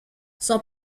son